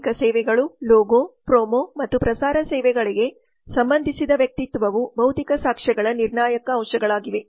ಭೌತಿಕ ಸೇವೆಗಳು logo promo ಮತ್ತು ಪ್ರಸಾರ ಸೇವೆಗಳಿಗೆ ಸಂಬಂಧಿಸಿದ ವ್ಯಕ್ತಿತ್ವವು ಭೌತಿಕ ಸಾಕ್ಷ್ಯಗಳ ನಿರ್ಣಾಯಕ ಅಂಶಗಳಾಗಿವೆ